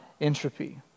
entropy